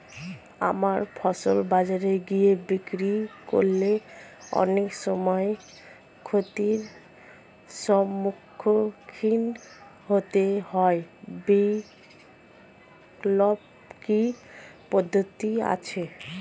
আমার ফসল বাজারে গিয়ে বিক্রি করলে অনেক সময় ক্ষতির সম্মুখীন হতে হয় বিকল্প কি পদ্ধতি আছে?